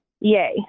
Yay